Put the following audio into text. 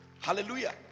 Hallelujah